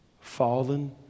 Fallen